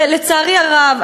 ולצערי הרב,